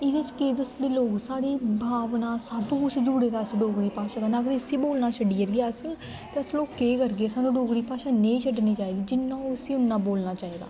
एह्दे च केह् दस्सदे लोग साढ़ी भावनां सब्भ कुछ जुड़े दा इस डोगरी भाशा कन्नै अगर इस्सी बोलना छड्डी ओड़गै अस ते अस लोग केह् करगे सानूं डोगरी भाशा नेईं छड्डनी चाहिंदी जिन्ना होऐ उस्सी उन्ना बोलना चाहिदा